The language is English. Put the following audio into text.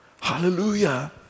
Hallelujah